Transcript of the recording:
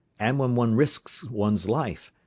and when one risks one's life,